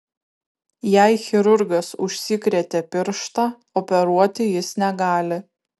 jei chirurgas užsikrėtė pirštą operuoti jis negali